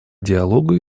диалогу